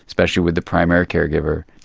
especially with the primary caregiver.